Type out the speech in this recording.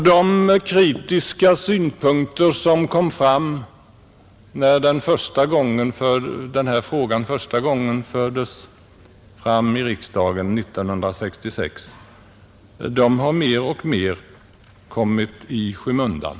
De kritiska synpunkterna då denna fråga första gången fördes på tal i riksdagen 1966 har mer och mer kommit i skymundan.